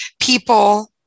people